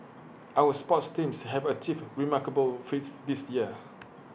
our sports teams have achieved remarkable feats this year